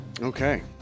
Okay